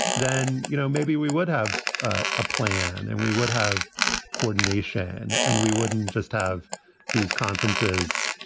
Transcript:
then, you know, maybe we would have a ah plan and we would have coordination and we wouldn't just have these conferences,